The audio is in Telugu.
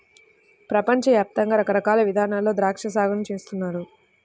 పెపంచ యాప్తంగా రకరకాల ఇదానాల్లో ద్రాక్షా సాగుని చేస్తున్నారు